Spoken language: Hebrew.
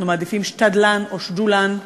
אנחנו מעדיפים שתדלן או שדולן.